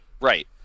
Right